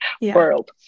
world